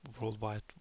worldwide